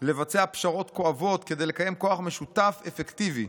לבצע פשרות כואבות כדי לקיים כוח משותף ואפקטיבי.